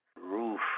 roof